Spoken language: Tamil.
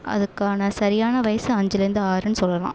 அதுக்கான சரியான வயசு அஞ்சுலேர்ந்து ஆறுன்னு சொல்லலாம்